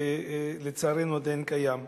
לצערנו זה עדיין קיים.